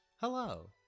Hello